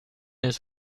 his